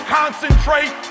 concentrate